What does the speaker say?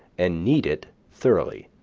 and knead it thoroughly.